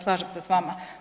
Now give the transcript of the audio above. Slažem se sa vama.